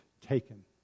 taken